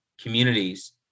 communities